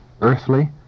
earthly